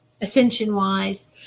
ascension-wise